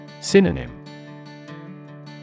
Synonym